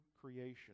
creation